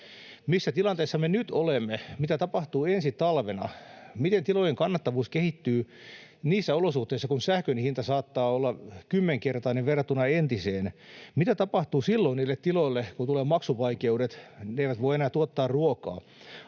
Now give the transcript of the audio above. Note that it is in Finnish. Missä tilanteessa me nyt olemme? Mitä tapahtuu ensi talvena? Miten tilojen kannattavuus kehittyy niissä olosuhteissa, kun sähkön hinta saattaa olla kymmenkertainen verrattuna entiseen? Mitä näille tiloille tapahtuu silloin, kun tulevat maksuvaikeudet eivätkä ne voi enää tuottaa ruokaa?